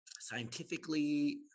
scientifically-